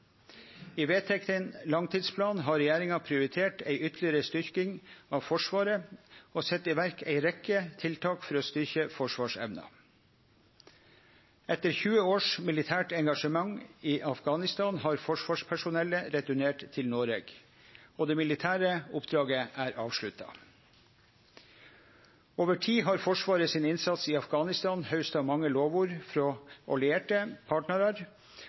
I den vedtekne langtidsplanen har regjeringa prioritert ei ytterlegare styrking av Forsvaret og sett i verk ei rekkje tiltak for å styrkje forsvarsevna. Etter 20 års militært engasjement i Afghanistan har forsvarspersonellet returnert til Noreg, og det militære oppdraget er avslutta. Over tid har Forsvarets innsats i Afghanistan hausta mange lovord frå allierte